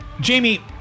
Jamie